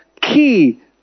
key